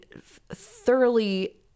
thoroughly